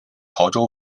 潮州